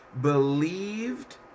Believed